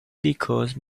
because